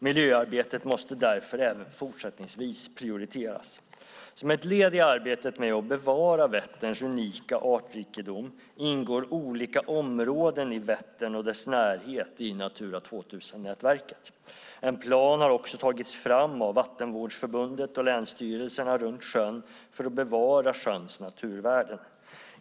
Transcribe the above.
Miljöarbetet måste därför även fortsättningsvis prioriteras. Som ett led i arbetet med att bevara Vätterns unika artrikedom ingår olika områden i Vättern och dess närhet i Natura 2000-nätverket. En plan har också tagits fram av Vätternvårdsförbundet och länsstyrelserna runt sjön för att bevara sjöns naturvärden.